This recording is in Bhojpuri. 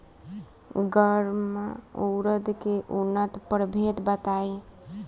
गर्मा उरद के उन्नत प्रभेद बताई?